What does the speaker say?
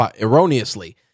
erroneously